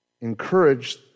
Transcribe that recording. Encourage